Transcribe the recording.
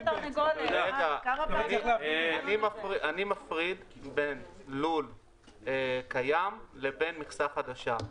אני מפריד בין לול קיים לבין מכסה חדשה.